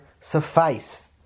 suffice